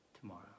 tomorrow